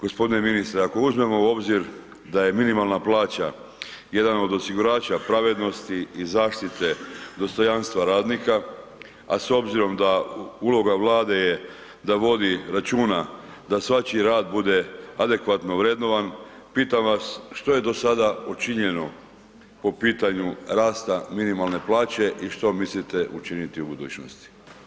G. ministre, ako uzmemo u obzir da je minimalna plaća jedan od osigurača pravednosti i zaštite dostojanstva radnika, a s obzirom da uloga Vlade je da vodi računa da svačiji rad bude adekvatno vrednovan, pitam vas, što je do sada učinjeno po pitanju rasta minimalne plaće i što mislite učiniti u budućnosti?